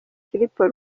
filipo